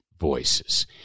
voices